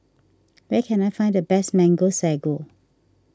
where can I find the best Mango Sago